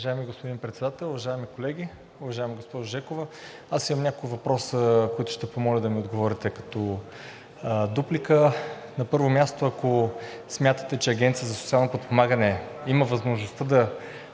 Уважаеми господин Председател, уважаеми колеги! Уважаема госпожо Жекова, аз имам няколко въпроса, на които ще помоля да ми отговорите като дуплика. На първо място, ако смятате, че Агенцията за социално подпомагане има възможността да